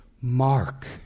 Mark